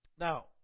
Now